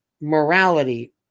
morality